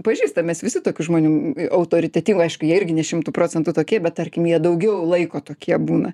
pažįstam mes visi tokių žmonių autoritetingų aišku jie irgi ne šimtu procentų tokie bet tarkim jie daugiau laiko tokie būna